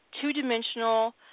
two-dimensional